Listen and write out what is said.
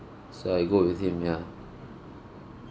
so I go with him ya